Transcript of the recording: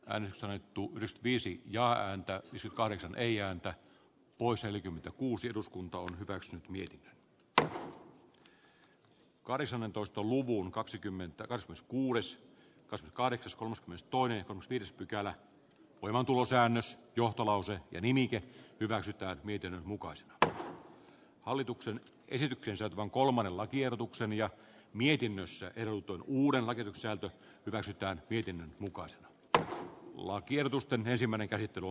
hän sai tuhdisti viisi jaa ääntä viisi kahdeksan ei antaa pois neljäkymmentäkuusi eduskunta on hyväksynyt mitä tähän kari sementoitu lukuun kaksikymmentä kasvot kuudes kashgarit uskon myös tuoneet viides pykälän voimaantulosäännös johtolause ja nimikin rasittaa niiden mukaisen hallituksen mikä on työelämä ja mietinnössä ei ruton uudellakin sisältö rasittaa vitin mukaan se että lakiehdotusten ensimmäinen käsittely